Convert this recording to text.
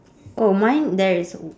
oh mine there is